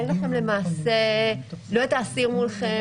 אין לכם למעשה לא את אסיר מולכם,